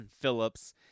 Phillips